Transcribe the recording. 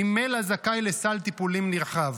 ממילא זכאי לסל טיפולים נרחב.